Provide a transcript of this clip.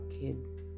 kids